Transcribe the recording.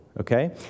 okay